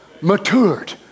matured